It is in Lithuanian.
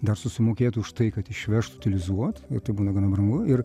dar susimokėt už tai kad išvežt utilizuot ir tai būna gana brangu ir